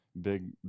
Big